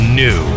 new